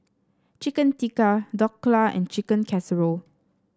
Chicken Tikka Dhokla and Chicken Casserole